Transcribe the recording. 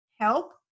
help